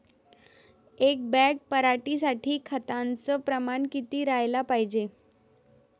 एक बॅग पराटी साठी खताचं प्रमान किती राहाले पायजे?